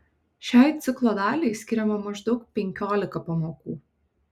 šiai ciklo daliai skiriama maždaug penkiolika pamokų